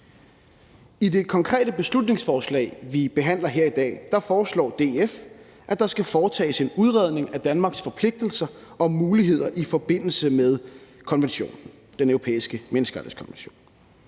I det konkrete beslutningsforslag, vi behandler her i dag, foreslår DF, at der skal foretages en udredning af Danmarks forpligtelser og muligheder i forbindelse med Den Europæiske Menneskerettighedskonvention.